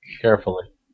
Carefully